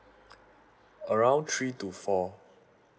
around three to four